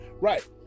Right